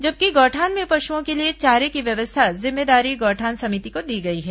जबकि गौठान में पशुओं के लिए चारे की व्यवस्था जिम्मेदारी गौठान समिति को दी गई है